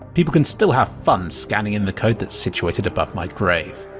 people can still have fun scanning in the code that's situated above my grave.